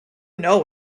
know